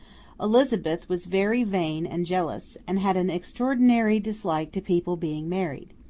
elizabeth was very vain and jealous, and had an extraordinary dislike to people being married.